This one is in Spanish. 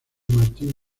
martín